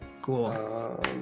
Cool